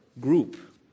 group